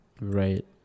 right